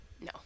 No